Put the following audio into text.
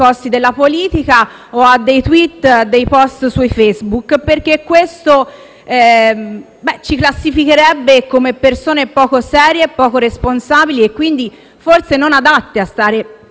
ci classificherebbe come persone poco serie e poco responsabili, quindi forse non adatte a sedere in quest'Aula parlamentare, a meno che non sia proprio quello che si va cercando.